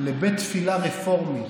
לבית תפילה רפורמי.